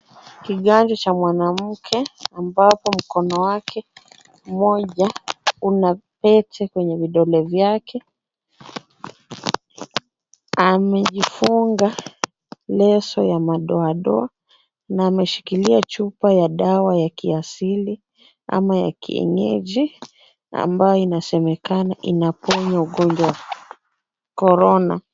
Kiwavu cha mwanamke, ambapo mkono wake mmoja, una pete kwenye vidole vyake. Amejifungua leso ya madoadoa, na ameshikilia chupa ya dawa ya kiasili ama ya kienyeji, ambayo inasemekana inaponya ugonjwa wa korona.